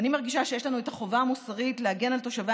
ואני מרגישה שיש לנו את החובה המוסרית להגן על תושבי